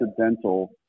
accidental